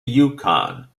yukon